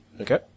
Okay